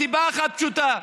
מסיבה אחת פשוטה,